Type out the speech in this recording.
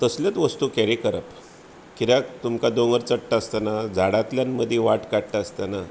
तसल्योत वस्तू कॅरी करप कित्याक तुमकां दोंगर चडटा आसताना झाडांतल्यान मदीं वाट काडटा आसताना